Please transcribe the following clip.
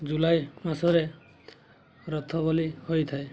ଜୁଲାଇ ମାସରେ ରଥ ବୋଲି ହୋଇଥାଏ